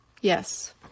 Yes